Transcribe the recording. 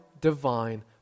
divine